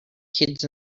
kids